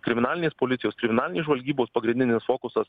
kriminalinės policijos kriminalinės žvalgybos pagrindinis fokusas